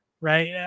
right